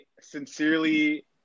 sincerely